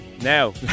Now